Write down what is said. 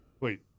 Wait